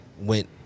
went